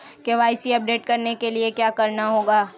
KYC update करने के लिए क्या करना होगा?